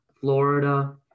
Florida